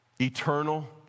eternal